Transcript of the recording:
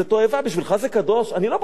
בשבילך זה קדוש, אני לא באתי אליך.